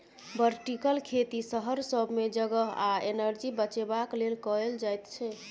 vertical खेती शहर सब मे जगह आ एनर्जी बचेबाक लेल कएल जाइत छै